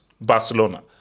Barcelona